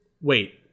wait